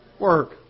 Work